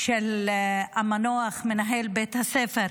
של המנוח מנהל בית הספר